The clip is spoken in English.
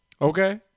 Okay